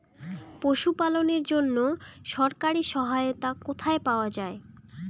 পশু পালনের জন্য সরকারি সহায়তা কোথায় পাওয়া যায়?